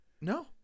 No